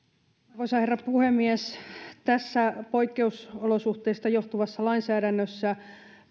arvoisa herra puhemies tässä poikkeusolosuhteista johtuvassa lainsäädännössä